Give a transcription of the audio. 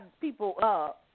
people –